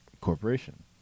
corporation